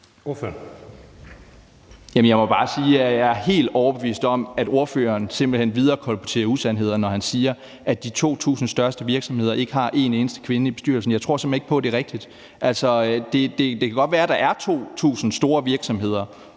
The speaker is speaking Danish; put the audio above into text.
jeg er helt overbevist om, at ordføreren simpelt hen viderekolporterer usandheder, når han siger, at de 2.000 største virksomheder ikke har en eneste kvinde i bestyrelsen. Jeg tror simpelt hen ikke på, at det er rigtigt. Det kan godt være, at der er 2.000 store virksomheder,